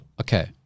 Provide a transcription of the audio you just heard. Okay